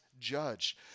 judge